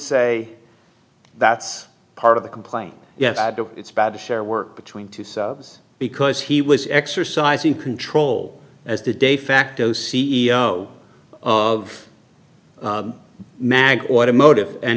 say that's part of the complaint yes it's bad to share work between two selves because he was exercising control as the de facto c e o of magh automotive and